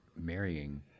marrying